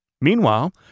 Meanwhile